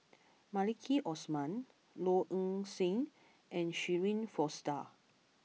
Maliki Osman Low Ing Sing and Shirin Fozdar